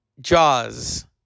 Jaws